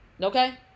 okay